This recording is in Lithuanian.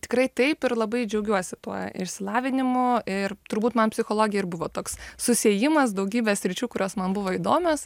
tikrai taip ir labai džiaugiuosi tuo išsilavinimu ir turbūt man psichologija ir buvo toks susiejimas daugybės sričių kurios man buvo įdomios